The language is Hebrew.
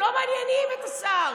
לא מעניינים את השר.